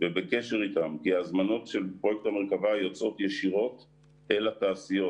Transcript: ובקשר אתן כי ההזמנות של פרויקט המרכבה יוצאות ישירות אל התעשיות.